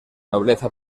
nobleza